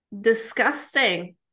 disgusting